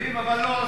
אומרים אבל לא עושים.